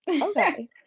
Okay